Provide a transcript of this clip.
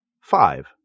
Five